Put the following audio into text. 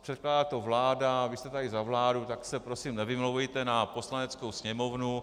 Předkládá to vláda, vy jste tady za vládu, tak se prosím nevymlouvejte na Poslaneckou sněmovnu.